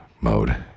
mode